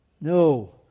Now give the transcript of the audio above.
No